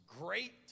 great